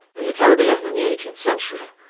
in the caribbean in the eighteenth century.